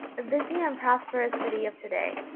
a busy and prosperous city of to-day.